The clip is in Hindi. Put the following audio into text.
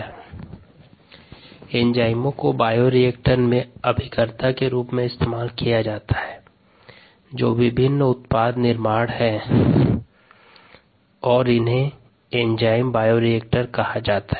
संदर्भ स्लाइड टाइम 0346 एंजाइमों को बायोरिएक्टर में अभिकर्ता के रूप में इस्तेमाल किया जा सकता है जो विभिन्न उत्पाद निर्माण हैं और इन्हें एंजाइम बायोरिएक्टर कहा जाता है